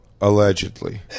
allegedly